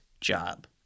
job